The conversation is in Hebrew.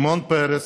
שמעון פרס,